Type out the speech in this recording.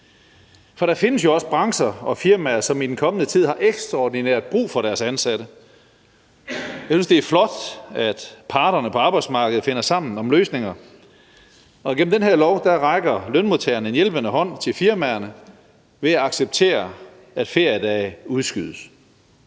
For der findes jo også brancher og firmaer, som i den kommende tid har ekstraordinært brug for deres ansatte. Jeg synes, det er flot, at parterne på arbejdsmarkedet finder sammen om løsninger, og gennem den her lov rækker lønmodtagerne en hjælpende hånd til firmaerne ved at acceptere, at feriedage udskydes.